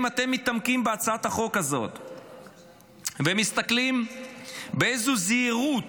אם אתם מתעמקים בהצעת החוק הזאת ומסתכלים באיזו זהירות